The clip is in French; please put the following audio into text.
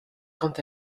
quant